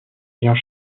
ayant